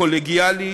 קולגיאלי